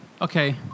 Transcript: Okay